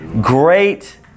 Great